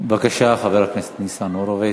בבקשה, חבר הכנסת ניצן הורוביץ.